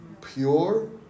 pure